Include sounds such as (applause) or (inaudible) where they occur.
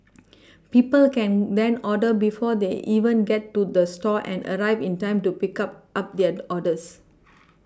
(noise) people can then order before they even get to the store and arrive in time to pick up up their orders (noise)